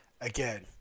again